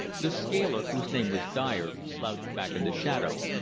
the scaler, whose name was dyer, slouched back in the shadow,